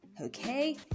Okay